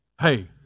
Hey